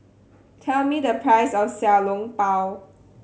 tell me the price of Xiao Long Bao